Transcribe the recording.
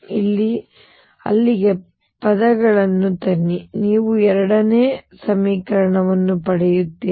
ಇಲ್ಲಿಂದ ಅಲ್ಲಿಗೆ ಪದಗಳನ್ನು ತನ್ನಿ ಮತ್ತು ನೀವು ಎರಡನೇ ಸಮೀಕರಣವನ್ನು ಪಡೆಯುತ್ತೀರಿ